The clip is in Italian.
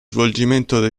svolgimento